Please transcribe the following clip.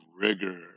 rigor